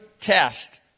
test